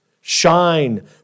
shine